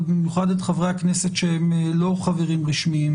ובמיוחד את חברי הכנסת שהם לא חברים רשמיים,